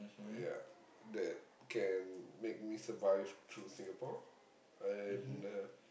ya that can make me survive through Singapore and uh